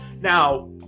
now